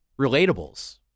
Relatables